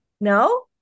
no